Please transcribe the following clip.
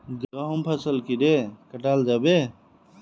गहुम फसल कीड़े कटाल जाबे?